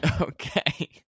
Okay